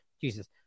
Jesus